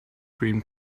cream